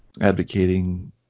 advocating